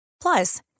Plus